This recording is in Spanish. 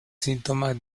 síntomas